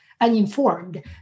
uninformed